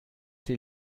sie